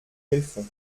hilfe